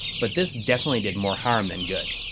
but this definitely did more harm than good.